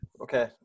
Okay